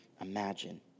imagine